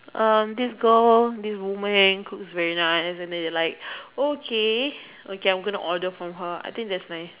um this girl this woman cooks very nice then they like okay okay I'm gonna order from her I think that's nice